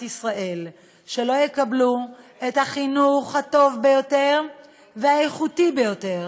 ישראל שלא יקבלו את החינוך הטוב ביותר והאיכותי ביותר,